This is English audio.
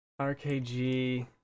RKG